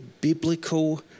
biblical